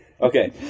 Okay